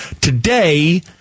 Today